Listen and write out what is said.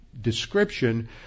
description